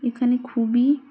এখানে খুবই